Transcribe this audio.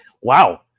Wow